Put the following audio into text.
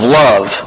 love